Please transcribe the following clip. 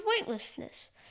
weightlessness